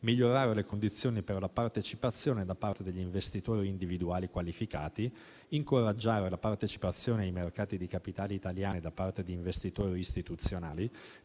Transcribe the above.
migliorare le condizioni per la partecipazione da parte degli investitori individuali qualificati; incoraggiare la partecipazione ai mercati di capitali italiani da parte di investitori istituzionali;